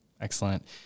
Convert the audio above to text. Excellent